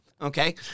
okay